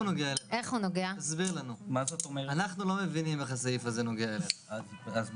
אנחנו מעבירים תקנות שלא